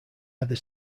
either